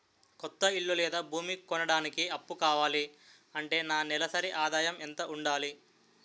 కొత్త ఇల్లు లేదా భూమి కొనడానికి అప్పు కావాలి అంటే నా నెలసరి ఆదాయం ఎంత ఉండాలి?